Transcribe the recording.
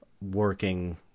working